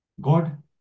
God